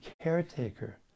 caretaker